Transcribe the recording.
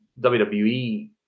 WWE